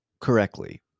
correctly